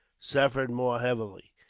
suffered more heavily.